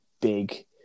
big